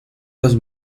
los